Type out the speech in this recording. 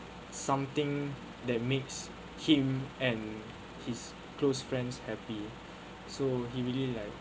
something that makes him and his close friends happy so he really like